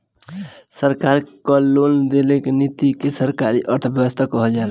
सरकार कअ लेन देन की नीति के सरकारी अर्थव्यवस्था कहल जाला